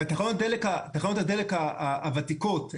תחנות הדלק הוותיקות,